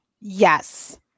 Yes